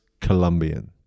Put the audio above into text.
Colombian